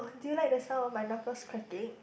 do you like the sound of my knuckles cracking